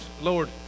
Lord